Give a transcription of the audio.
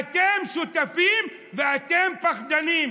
אתם שותפים ואתם פחדנים.